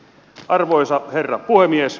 arvoisa herra puhemies